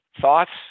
thoughts